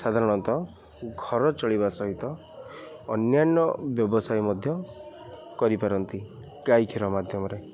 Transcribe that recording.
ସାଧାରଣତଃ ଘର ଚଳିବା ସହିତ ଅନ୍ୟାନ୍ୟ ବ୍ୟବସାୟ ମଧ୍ୟ କରିପାରନ୍ତି ଗାଈ କ୍ଷୀର ମାଧ୍ୟମରେ